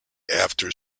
after